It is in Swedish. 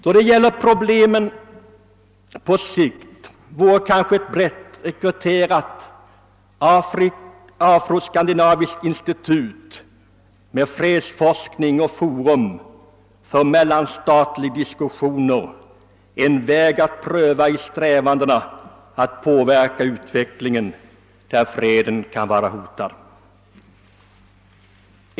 Då det gäller problemen på sikt vore kanske ett brett rekryterat afro-skandinaviskt institut med fredsforskning och ett forum för mellanstatliga diskussioner en väg att pröva i strävandena att påverka utvecklingen i länder där freden kan vara hotad.